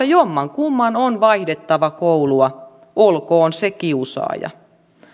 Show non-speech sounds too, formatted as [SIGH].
[UNINTELLIGIBLE] jommankumman on vaihdettava koulua olkoon se kiusaaja